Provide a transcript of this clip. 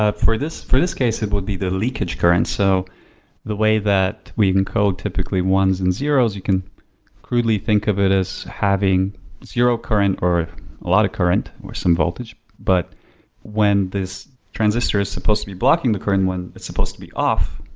ah for this for this case it would be the leakage current. so the way that we've encode typically ones and zeros, you can crudely think of it as having zero current or a lot of current or some voltage. but when this transistor is supposed to be blocking the current when it's supposed to be off,